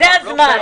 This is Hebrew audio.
זה הזמן.